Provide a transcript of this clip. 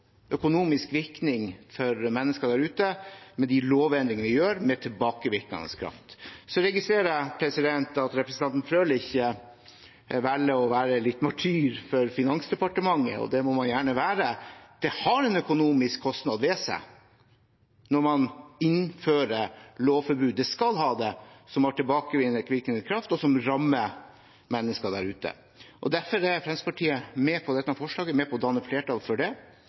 for mennesker der ute. Jeg registrerer at representanten Frølich velger å være litt martyr for Finansdepartementet, og det må man gjerne være. Det har en økonomisk kostnad ved seg når man innfører lovforbud – det skal ha det – som har tilbakevirkende kraft, og som rammer mennesker der ute. Derfor er Fremskrittspartiet med på å danne flertall for dette forslaget. Det er også sånn at i den grad det